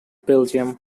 belgium